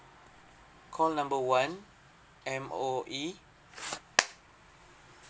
call number one M_O_E